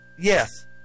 yes